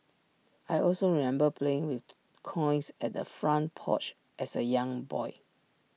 I also remember playing with coins at the front porch as A young boy